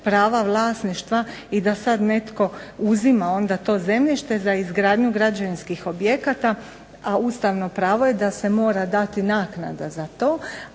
prava vlasništva i da sad netko uzima onda to zemljište za izgradnju građevinskih objekata, a ustavno pravo je da se mora dati naknada za to.